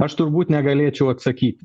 aš turbūt negalėčiau atsakyti